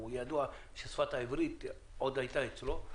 ל שבה יש הצהרה אחת שהתעופה חשובה למדינת ישראל ברמה האסטרטגית,